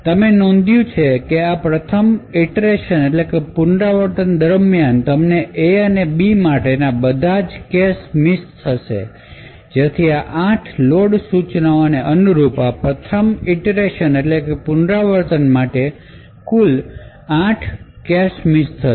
તમે નોંધ્યું છે કે પ્રથમ પુનરાવર્તન દરમિયાન તમને A અને B માટેના બધા કેશ મિસ થશે જેથી આ 8 લોડ સૂચનોને અનુરૂપ આ પ્રથમ પુનરાવર્તન માટે કુલ 8 કેશ મિસ થશે